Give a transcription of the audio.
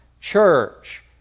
church